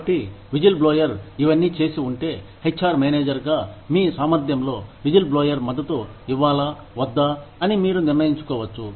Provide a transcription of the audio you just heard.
కాబట్టి whistle blower ఇవన్నీ చేసి ఉంటే హెచ్ఆర్ మేనేజర్ గా మీ సామర్థ్యంలో విజిల్ బ్లోయర్ మద్దతు ఇవ్వాలా వద్దా అని మీరు నిర్ణయించుకోవచ్చు